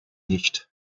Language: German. nicht